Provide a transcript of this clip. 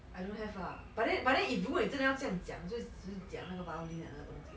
I don't have ah but then but then if 你如果真的要这样讲就是讲那个 violin 的东西 hor